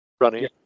running